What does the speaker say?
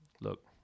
look